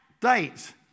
date